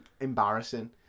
Embarrassing